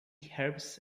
herbs